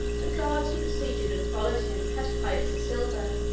the guards who preceded and followed him had pikes of silver,